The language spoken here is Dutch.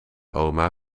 oma